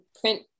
print